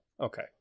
Okay